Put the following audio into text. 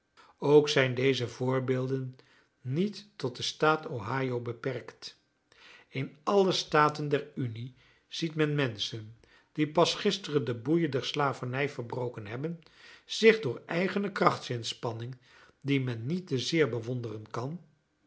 ook zijn deze voorbeelden niet tot den staat ohio beperkt in alle staten der unie ziet men menschen die pas gisteren de boeien der slavernij verbroken hebben zich door eigene krachtsinspanning die men niet te zeer bewonderen kan